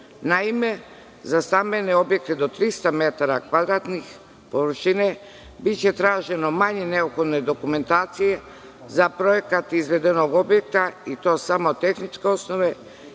Naime, za stambene objekte do 300 metara kvadratnih površine biće traženo manje neophodne dokumentacije za projekat izvedenog objekta i to samo tehničke osnove